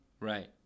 Right